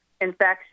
infection